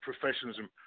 professionalism